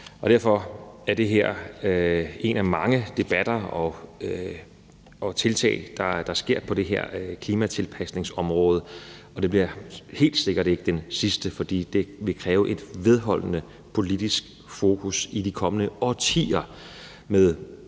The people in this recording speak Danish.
Derfor er det her en af mange debatter om tiltag på det her klimatilpasningsområde, og det bliver helt sikkert ikke den sidste, for det vil kræve et vedholdende politisk fokus i de kommende årtier